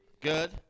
Good